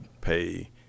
pay